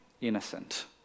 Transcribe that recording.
innocent